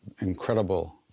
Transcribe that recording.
incredible